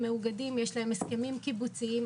הם מאוגדים יש להם הסכמים קיבוציים.